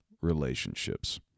relationships